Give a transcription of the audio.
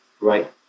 right